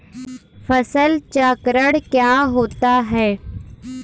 फसल चक्रण क्या होता है?